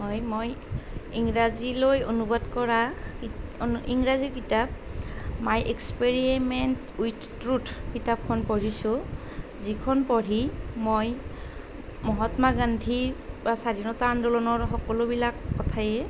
হয় মই ইংৰাজীলৈ অনুবাদ কৰা ইংৰাজী কিতাপ মাই এক্সপেৰিমেণ্ট উইথ ট্ৰুথ কিতাপখন পঢ়িছোঁ যিখন পঢ়ি মই মহাত্মা গান্ধীৰ বা স্বাধীনতা আন্দোলনৰ সকলোবিলাক কথায়েই